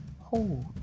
hold